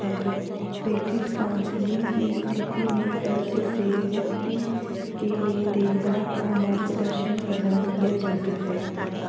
credit counselling की स्थिति में कर्ज से मुक्ति के लिए देनदार को मार्गदर्शन प्रदान किया जाता है